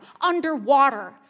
underwater